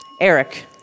Eric